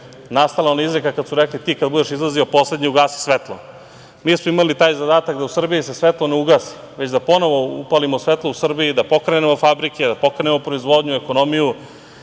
nastala ona izreka, kada su rekli, ti kad budeš izlazio poslednji, ugasi svetlo. Mi smo imali taj zadatak da u Srbiji se svetlo ne ugasi, već da ponovo upalimo svetlo u Srbiji, da pokrenemo fabrike, da pokrenemo proizvodnju, ekonomiju,